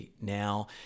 Now